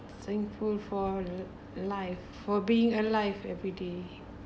thankful for life for being alive every day